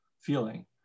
feeling